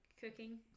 cooking